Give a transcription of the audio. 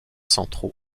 centraux